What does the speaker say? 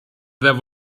there